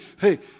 hey